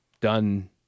done